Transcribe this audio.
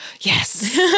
Yes